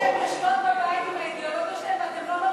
שהן יושבות בבית עם האידיאולוגיה שלהן ואתם לא מרשים להן,